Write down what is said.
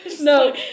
No